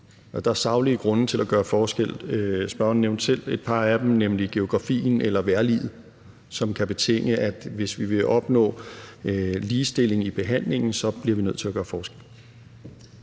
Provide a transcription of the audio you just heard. der er saglige grunde til at gøre forskel. Spørgeren nævnte selv et par af dem, nemlig geografien og vejrliget, som kan betinge, at hvis vi vil opnå ligestilling i behandlingen, bliver vi nødt til at gøre forskel.